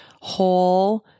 whole